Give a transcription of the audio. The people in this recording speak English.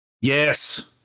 Yes